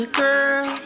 girl